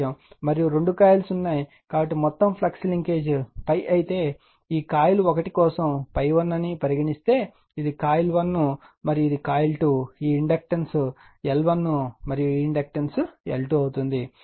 మరియు రెండు కాయిల్స్ ఉన్నాయి కాబట్టి మొత్తం ఫ్లక్స్ లింకేజ్ ∅ అయితే ఈ కాయిల్ 1 కోసం ∅1 అని పరిగణిస్తే ఇది కాయిల్ 1 మరియు ఇది కాయిల్ 2 ఈ ఇండక్టెన్స్ L1 ఈ ఇండక్టెన్స్ L2